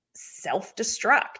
self-destruct